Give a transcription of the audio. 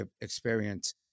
experience